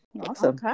awesome